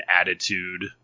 attitude